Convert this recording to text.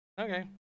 okay